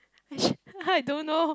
which I don't know